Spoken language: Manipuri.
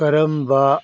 ꯀꯔꯝꯕ